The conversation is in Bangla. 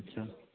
আচ্ছা